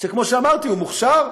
שכמו שאמרתי הוא מוכשר,